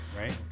right